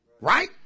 Right